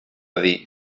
dir